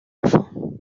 enfant